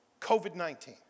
COVID-19